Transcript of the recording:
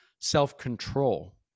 self-control